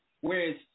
whereas